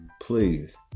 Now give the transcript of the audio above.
Please